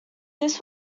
this